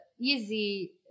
easy